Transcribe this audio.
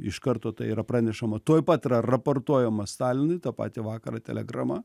iš karto tai yra pranešama tuoj pat yra raportuojama stalinui tą patį vakarą telegrama